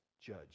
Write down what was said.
judge